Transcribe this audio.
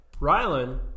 Rylan